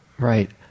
Right